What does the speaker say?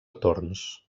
torns